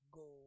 go